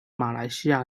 马来西亚